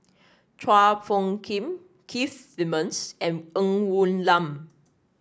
Chua Phung Kim Keith Simmons and Ng Woon Lam